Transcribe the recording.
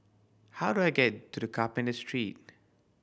how do I get to Carpenter Street